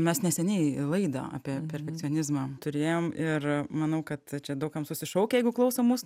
mes neseniai laidą apie perfekcionizmą turėjom ir manau kad čia daug kas susišaukia jeigu klauso mus